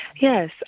Yes